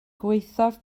gwaethaf